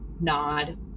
nod